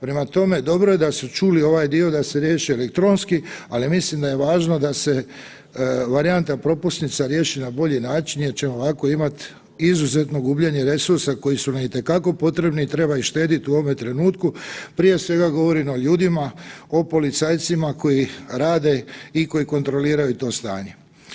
Prema tome, dobro je da su čuli ovaj dio da se riješi elektronski, ali mislim da je važno da se varijanta propusnica riješi na bolji način jer ćemo ovako imati izuzetno gubljenje resursa koji su nam itekako potrebni i treba ih štediti u ovome trenutku, prije svega govorim o ljudima, o policajcima koji rade i koji kontroliraju to stanje.